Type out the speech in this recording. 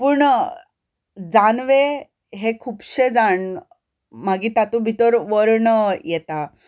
पूण जानवें हें खुबशें जाण मागीर तातूंत भितर वर्ण येता